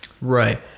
Right